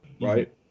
right